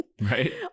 right